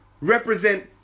represent